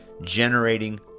generating